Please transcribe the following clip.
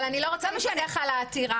אבל אני לא רוצה לדבר על העתירה.